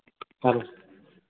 hello